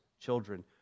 children